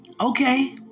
Okay